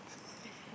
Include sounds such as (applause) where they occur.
(laughs)